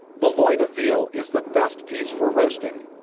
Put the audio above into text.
the loin of veal is the best piece for roasting.